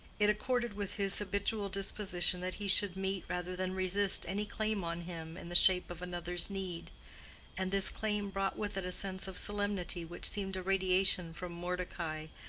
it accorded with his habitual disposition that he should meet rather than resist any claim on him in the shape of another's need and this claim brought with it a sense of solemnity which seemed a radiation from mordecai,